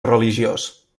religiós